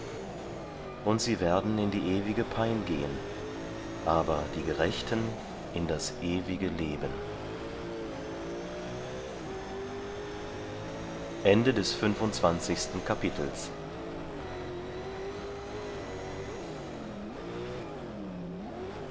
und sie werden in die ewige pein gehen aber die gerechten in das ewige leben